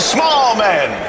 Smallman